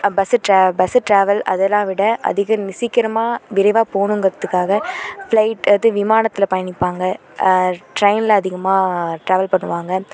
bus bus travel அதெல்லாம் விட அதிக சீக்கிரமாக விரைவாக போகணுங்கறதுக்காக ஃப்ளைட் இது விமானத்தில் பயணிப்பாங்க ட்ரெயினில் அதிகமாக ட்ராவல் பண்ணுவாங்க